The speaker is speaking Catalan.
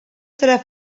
serà